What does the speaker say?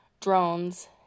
drones